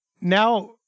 Now